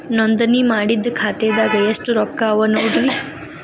ನೋಂದಣಿ ಮಾಡಿದ್ದ ಖಾತೆದಾಗ್ ಎಷ್ಟು ರೊಕ್ಕಾ ಅವ ನೋಡ್ರಿ